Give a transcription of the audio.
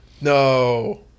no